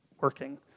working